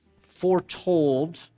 foretold